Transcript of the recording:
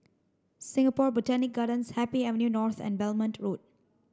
Singapore Botanic Gardens Happy Avenue North and Belmont Road